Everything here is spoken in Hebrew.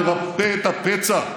לרפא את הפצע.